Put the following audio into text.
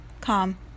calm